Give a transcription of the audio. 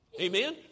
amen